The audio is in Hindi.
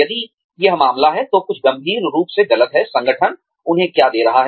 यदि यह मामला है तो कुछ गंभीर रूप से गलत है संगठन उन्हें क्या दे रहा है